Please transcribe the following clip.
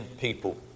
people